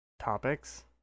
topics